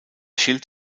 schild